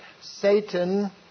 Satan